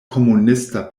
komunista